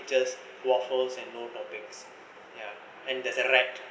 just waffles and no toppings ya and there's a rat